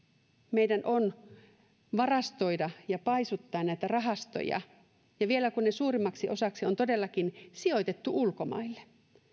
meidän on varastoida ja paisuttaa näitä rahastoja vielä kun ne suurimmaksi osaksi on todellakin sijoitettu ulkomaille